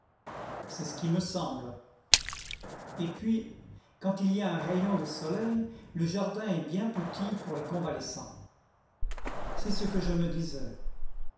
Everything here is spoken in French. c'est ce qui me semble et puis quand il y a un rayon de soleil le jardin est bien petit pour les convalescents c'est ce que je me disais